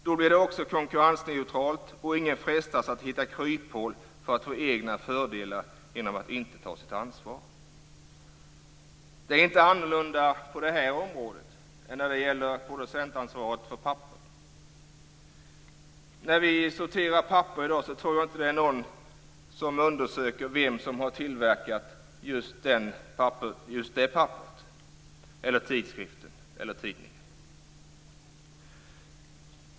Då blir det också konkurrensneutralt och ingen frestas att hitta kryphål för att få egna fördelar genom att inte ta sitt ansvar. Det är inte annorlunda på det här området än när det gäller producentansvaret för papper. När vi sorterar papper i dag tror jag inte det är någon som undersöker vem som har tillverkat just det papperet, den tidskriften eller tidningen.